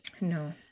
no